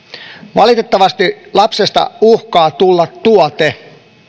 valitettavasti lapsesta uhkaa tulla tuote